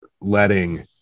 letting